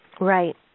Right